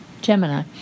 Gemini